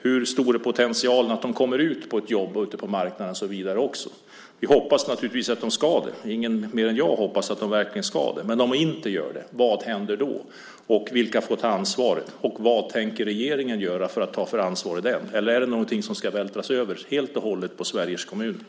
Hur stor är potentialen att de kommer ut på ett jobb, ut på marknaden och så vidare? Vi hoppas naturligtvis att de ska göra det. Ingen hoppas mer än jag att de verkligen ska det, men om de inte gör det, vad händer då? Vilka får ta ansvaret? Vad tänker regeringen göra för att ta ansvar för dem? Eller är det något som helt och hållet ska vältras över på Sveriges kommuner?